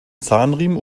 zahnriemen